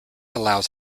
allows